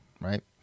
right